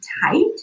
tight